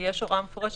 הלאה, חבר'ה.